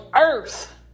earth